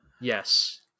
Yes